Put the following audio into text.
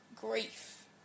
grief